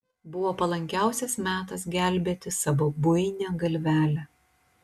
buvo palankiausias metas gelbėti savo buinią galvelę